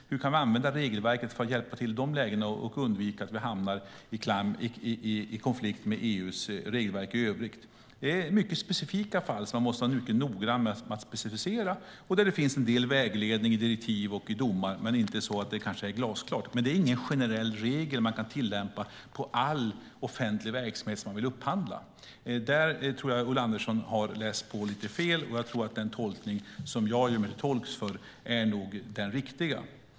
Hur kan vi använda regelverket för att hjälpa till i de lägena och undvika att hamna i konflikt med EU:s regelverk i övrigt? Det gäller mycket specifika fall, sådana som man måste vara mycket noggrann med att specificera. Där finns en del vägledning i direktiv och i domar, men kanske inte så mycket att det är glasklart. Det är ingen generell regel man kan tillämpa på all offentlig verksamhet som man vill upphandla. Där tror jag att Ulla Andersson har läst lite fel, och den tolkning jag gör är nog den riktiga.